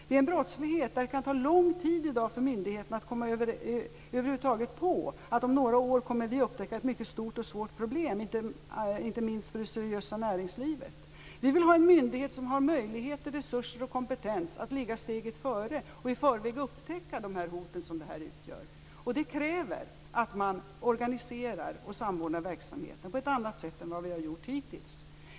Det är en brottslighet där det i dag kan ta lång tid för myndigheterna att över huvud taget komma på att man om några år kommer att upptäcka ett mycket svårt och stort problem, inte minst för det seriösa näringslivet. Vi vill ha en myndighet som har möjligheter, resurser och kompetens att ligga steget före och att i förväg upptäcka olika hot. Det kräver att man organiserar och samordnar verksamheten på ett annat sätt än vad vi har gjort hittills.